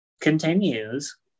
continues